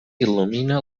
il·lumina